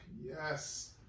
yes